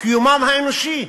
קיומם האנושי.